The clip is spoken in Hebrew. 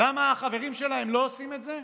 למה החברים שלהם לא עושים את זה?